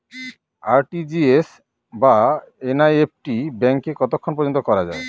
RTGS বা NEFT ব্যাংকে কতক্ষণ পর্যন্ত করা যায়?